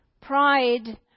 Pride